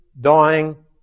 dying